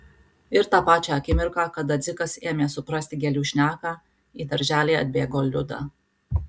ir tą pačią akimirką kada dzikas ėmė suprasti gėlių šneką į darželį atbėgo liuda